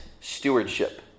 stewardship